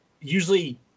usually